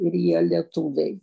ir jie lietuviai